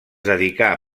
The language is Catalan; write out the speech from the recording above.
dedicà